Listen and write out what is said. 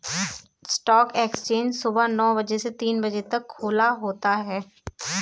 stock exchange सुबह नो बजे से तीन बजे तक खुला होता है